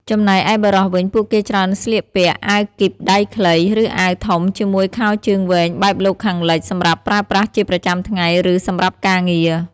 ចំណែកឯបុរសវិញ ពួកគេច្រើនស្លៀកពាក់ អាវគីបដៃខ្លី ឬអាវធំជាមួយខោជើងវែងបែបលោកខាងលិចសម្រាប់ប្រើប្រាស់ជាប្រចាំថ្ងៃ ឬសម្រាប់ការងារ។